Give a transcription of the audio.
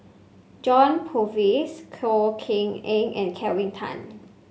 John Purvis Koh Kian Eng and Kelvin Tan